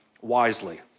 wisely